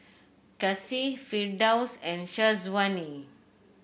Kasih Firdaus and Syazwani